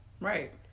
right